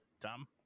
Tom